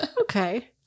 okay